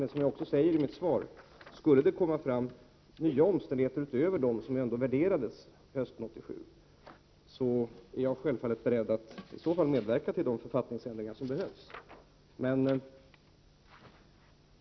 Men, som jag säger i mitt svar: skulle det komma fram nya omständigheter utöver dem som värderades hösten 1987, så är jag självfallet beredd att medverka till de författningsändringar som i så fall behövs.